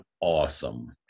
awesome